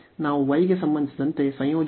ನಾವು y ಗೆ ಸಂಬಂಧಿಸಿದಂತೆ ಸಂಯೋಜನೆ ಮಾಡುತ್ತಿದ್ದೇವೆ